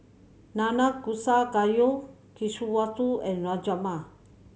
Nanakusa Gayu Kushikatsu and Rajma